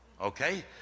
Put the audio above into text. okay